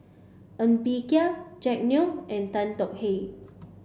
Ng Bee Kia Jack Neo and Tan Tong Hye